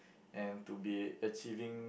and to be achieving